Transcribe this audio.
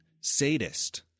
sadist